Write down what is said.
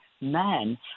men